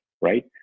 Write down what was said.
right